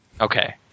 Okay